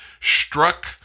struck